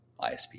ISP